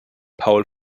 paul